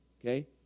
Okay